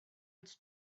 its